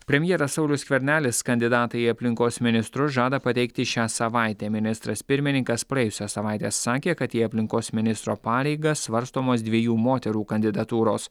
premjeras saulius skvernelis kandidatą į aplinkos ministrus žada pateikti šią savaitę ministras pirmininkas praėjusią savaitę sakė kad į aplinkos ministro pareigas svarstomos dviejų moterų kandidatūros